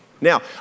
Now